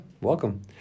welcome